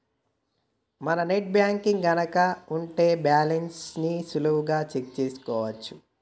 మనం net banking గనక ఉంటే బ్యాలెన్స్ ని సులువుగా చెక్ చేసుకోవచ్చు